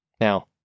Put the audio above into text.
Now